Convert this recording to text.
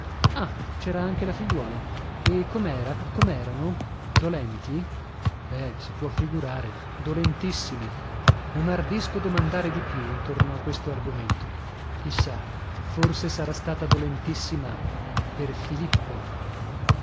italiana ah c'era anche la figliuola e com'era com'erano dolenti eh si può figurare dolentissime non ardisco domandare di più intorno a questo argomento chi sa forse sarà stata dolentissima per filippo